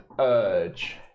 urge